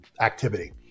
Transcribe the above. activity